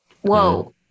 Whoa